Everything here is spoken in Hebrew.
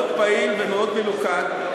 מאוד פעיל ומאוד מלוכד.